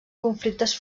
conflictes